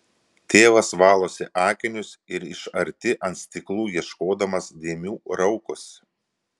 tėvas valosi akinius ir iš arti ant stiklų ieškodamas dėmių raukosi